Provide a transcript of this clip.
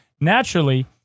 Naturally